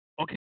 okay